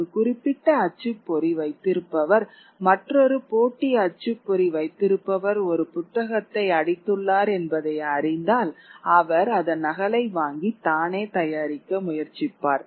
ஒரு குறிப்பிட்ட அச்சுப்பொறி வைத்திருப்பவர் மற்றொரு போட்டி அச்சுப்பொறி வைத்திருப்பவர் ஒரு புத்தகத்தை அடித்துள்ளார் என்பதை அறிந்தால் அவர் அதன் நகலை வாங்கி தானே தயாரிக்க முயற்சிப்பார்